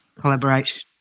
collaborate